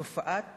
תופעת